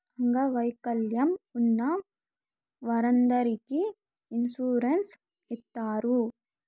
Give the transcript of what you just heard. అంగవైకల్యం ఉన్న వారందరికీ ఇన్సూరెన్స్ ఇత్తారు